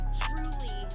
truly